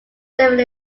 living